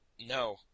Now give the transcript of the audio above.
No